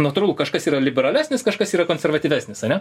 natūralu kažkas yra liberalesnis kažkas yra konservatyvesnis ane